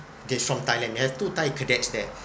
they're from thailand they have two thai cadets there